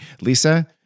Lisa